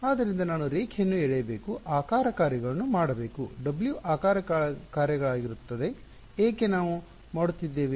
ಆದ್ದರಿಂದ ನಾನು ರೇಖೆಯನ್ನು ಎಳೆಯಬೇಕು ಆಕಾರ ಕಾರ್ಯಗಳನ್ನು ಮಾಡಬೇಕು W ಆಕಾರ ಕಾರ್ಯಗಳಾಗಿರುತ್ತದೆ ಏಕೆ ನಾವು ಮಾಡುತ್ತಿದ್ದೇವೆ